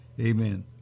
Amen